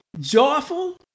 joyful